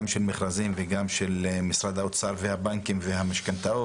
גם של מכרזים וגם של משרד האוצר והבנקים והמשכנתאות.